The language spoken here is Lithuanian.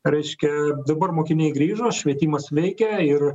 reiškia dabar mokiniai grįžo švietimas veikia ir